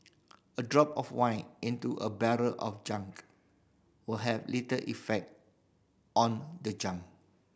a drop of wine into a barrel of gunk will have little effect on the gunk